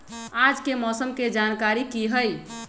आज के मौसम के जानकारी कि हई?